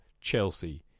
Chelsea